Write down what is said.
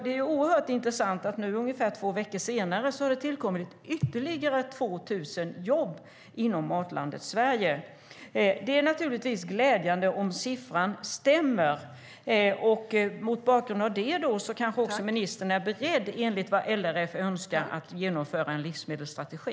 Det är oerhört intressant att det nu, två veckor senare, har tillkommit ytterligare 2 000 jobb inom strategin Sverige - det nya matlandet. Det är naturligtvis glädjande om siffran stämmer. Mot bakgrund av det undrar jag om ministern är beredd att i enlighet med vad LRF önskar genomföra en livsmedelsstrategi.